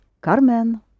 Carmen